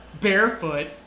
barefoot